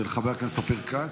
של חבר הכנסת אופיר כץ.